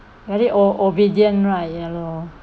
very o~ obedient right ya lor